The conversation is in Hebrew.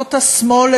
ועמותות השמאל,